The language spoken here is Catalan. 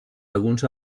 alguns